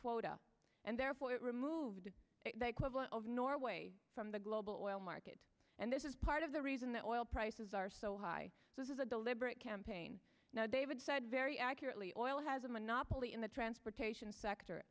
quota and therefore it removed a quota of norway from the global oil market and this is part of the reason that oil prices are so high this is a deliberate campaign now david said very accurately oil has a monopoly in the transportation sector